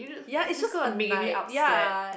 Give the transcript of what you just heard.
ya it's just a night ya